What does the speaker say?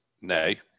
Nay